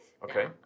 Okay